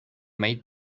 made